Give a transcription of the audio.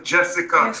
Jessica